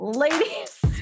ladies